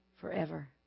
forever